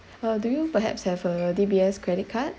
uh do you perhaps have a D_B_S credit card